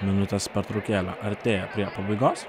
minutės pertraukėlė artėja prie pabaigos